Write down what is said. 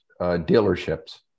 dealerships